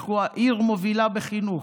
אנחנו עיר מובילה בחינוך.